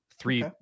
Three